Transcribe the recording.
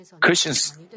Christians